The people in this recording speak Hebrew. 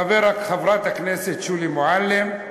חברת הכנסת שולי מועלם,